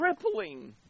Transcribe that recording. crippling